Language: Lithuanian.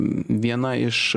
viena iš